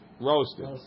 roasted